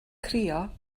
crio